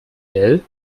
gell